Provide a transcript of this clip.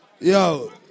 Yo